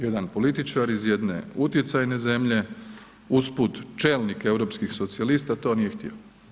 Jedan političar iz jedne utjecajne zemlje, usput čelnik europskih socijalista to nije htio.